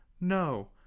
No